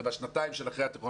זה בשנתיים של אחרי התיכון,